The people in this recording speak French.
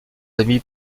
amis